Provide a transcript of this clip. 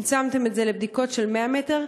צמצמתם את זה לבדיקות של 100 מטר,